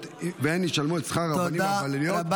והן ישלמו את שכר הרבנים והבלניות.